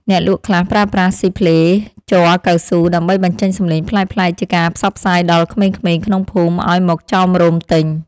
អ្នកលក់ខ្លះប្រើប្រាស់ស៊ីផ្លែជ័រកៅស៊ូ ដើម្បីបញ្ចេញសំឡេងប្លែកៗជាការផ្សព្វផ្សាយដល់ក្មេងៗក្នុងភូមិឱ្យមកចោមរោមទិញ។